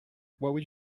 would